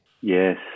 Yes